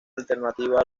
alternativa